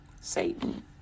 Satan